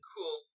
Cool